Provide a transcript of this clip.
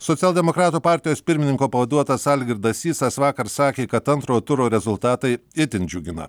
socialdemokratų partijos pirmininko pavaduotojas algirdas sysas vakar sakė kad antrojo turo rezultatai itin džiugina